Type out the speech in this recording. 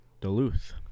Duluth